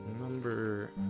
Number